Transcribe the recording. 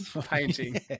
painting